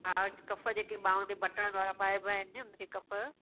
हा कफ़ जेके बाहूं ते बटन वारा पाइॿा आहिनि उहे कफ़